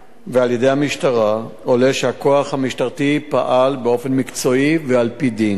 ועל-ידי המשטרה עולה שהכוח המשטרתי פעל באופן מקצועי ועל-פי דין.